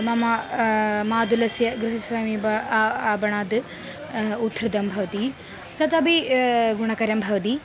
मम मातुलस्य गृहस्य समीपम् आपणाद् उद्धृतं भवति तदपि गुणकरं भवति